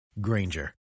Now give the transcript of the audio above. Granger